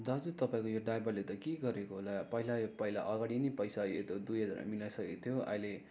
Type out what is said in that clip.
दाजु तपाईँको यो ड्राइभरले त के गरेको होला पहिला पहिला अघाडि नै पैसा दुई हजार मिलाइ सकेको थियो अहिले